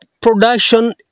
Production